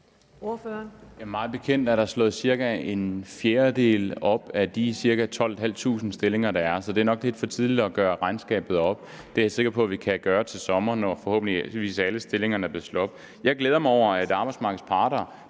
Mig bekendt er der slået ca. en fjerdedel af de ca. 12.500 stillinger, der er, op. Så det er nok lidt for tidligt at gøre regnskabet op. Det er jeg sikker på, vi kan gøre til sommer, når alle stillinger forhåbentlig er blevet slået op. Jeg glæder mig over, at arbejdsmarkedets parter,